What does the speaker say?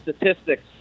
statistics